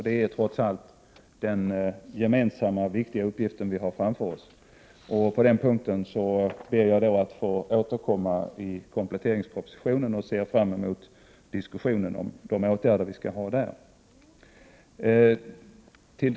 Det är trots allt den viktiga gemensamma uppgift som vi har framför oss. På den punkten ber jag att få återkomma i kompletteringspropositionen, och jag ser fram emot diskussionen om de åtgärder som där föreslås.